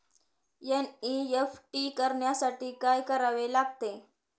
NEFT करण्यासाठी काय करावे लागते?